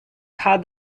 had